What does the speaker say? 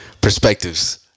perspectives